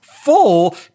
Full